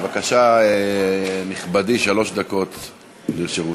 בבקשה, נכבדי, שלוש דקות לרשותך.